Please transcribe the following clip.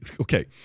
Okay